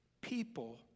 people